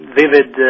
vivid